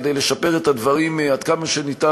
כדי לשפר את הדברים עד כמה שאפשר,